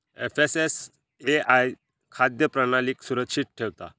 FSSAI खाद्य प्रणालीक सुरक्षित ठेवता